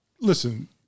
listen